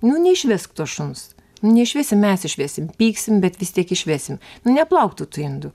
nu neišvesk to šuns nu neišvesi mes išvesim pyksim bet vis tiek išvesim nu neplauk tu tų indų